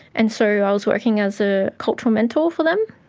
and so i was working as a cultural mentor for them,